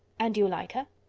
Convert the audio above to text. and do you like her?